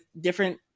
different